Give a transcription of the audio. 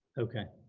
okay.